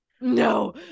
no